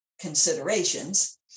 considerations